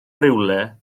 rywle